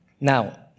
Now